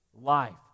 life